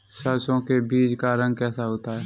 सरसों के बीज का रंग कैसा होता है?